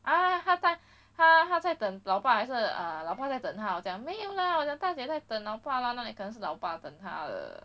ah 要不要载他他在等老爸还是 err 老爸在等他好像没有 lah 我讲 xia xue 在等老爸 mah 哪里可能是老爸等他的